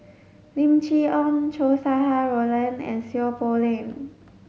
Lim Chee Onn Chow Sau Hai Roland and Seow Poh Leng